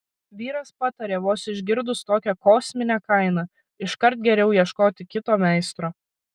vyras patarė vos išgirdus tokią kosminę kainą iškart geriau ieškoti kito meistro